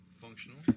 functional